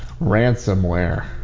ransomware